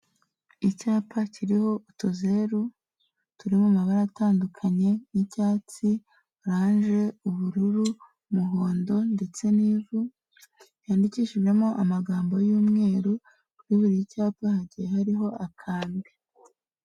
Icyapa kiriho utuzeru turi mu mabara atandukanye y'icyatsi orange ubururu umuhondo ndetse n'ivu yandikishijemo amagambo y'umweru kuri buri cyapa higiye hariho akambi.